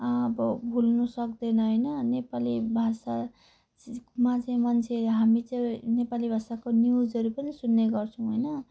अब भुल्नसक्दैनौँ होइन नेपाली भाषामा चाहिँ मान्छे हामी चाहिँ नेपाली भाषाको न्युजहरू पनि सुन्ने गर्छौँ होइन